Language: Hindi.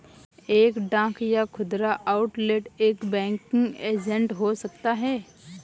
एक डाक या खुदरा आउटलेट एक बैंकिंग एजेंट हो सकता है